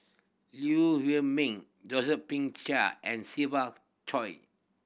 Lee Huei Min Josephine Chia and Siva Choy